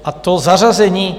A to zařazení...